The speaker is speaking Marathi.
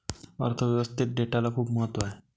अर्थ व्यवस्थेत डेटाला खूप महत्त्व आहे